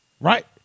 Right